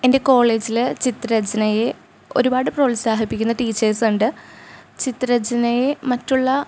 എൻ്റെ കോളേജിൽ ചിത്രരചനയെ ഒരുപാട് പ്രോത്സാഹിപ്പിക്കുന്ന ടീച്ചേർസ് ഉണ്ട് ചിത്രരചനയെ മറ്റുള്ള